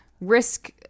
risk